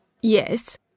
Yes